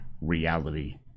reality